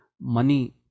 money